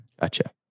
Gotcha